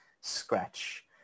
scratch